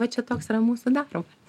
va čia toks yra mūsų darbas